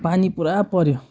पानी पुरा पऱ्यो